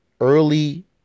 early